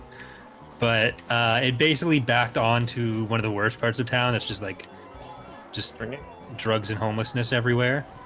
but it basically backed on to one of the worst parts of town, it's just like just bringing drugs and homelessness everywhere